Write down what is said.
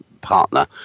partner